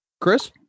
Chris